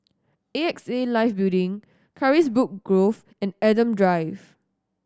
A X A Life Building Carisbrooke Grove and Adam Drive